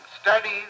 studies